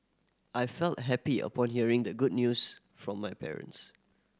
I felt happy upon hearing the good news from my parents